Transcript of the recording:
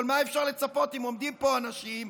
אבל מה אפשר לצפות אם עומדים פה אנשים,